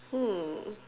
hmm